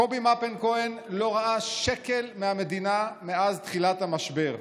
קובי מפן כהן לא ראה שקל מהמדינה מאז תחילת המשבר.